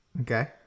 Okay